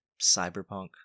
cyberpunk